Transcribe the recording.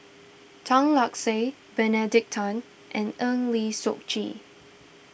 Tan Lark Sye Benedict Tan and Eng Lee Seok Chee